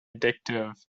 addictive